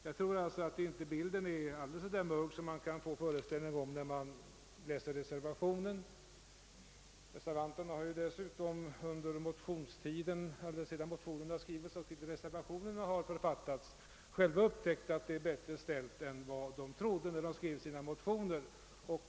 Jag tycker alltså inte att bilden är fullt så mörk som man lätt kan få ett intryck av när man läser reservationen. Reservanterna har dessutom själva upptäckt att det är bättre ställt än vad man först trodde då motionerna skrevs.